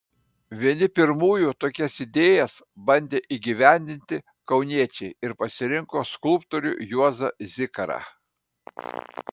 vieni pirmųjų tokias idėjas bandė įgyvendinti kauniečiai ir pasirinko skulptorių juozą zikarą